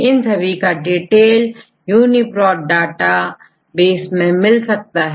इन सभी का डिटेलUniProt dataडाटाbase में है